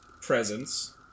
presence